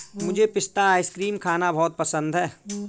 मुझे पिस्ता आइसक्रीम खाना बहुत पसंद है